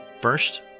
First